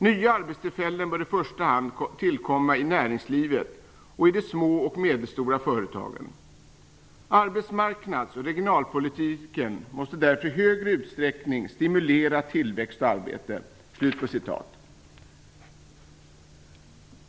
Nya arbetstillfällen bör i första hand tillkomma i näringslivet och i de små och medelstora företagen. Arbetsmarknads och regionalpolitiken måste därför i högre utsträckning stimulera tillväxt och arbete."